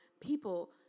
people